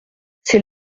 c’est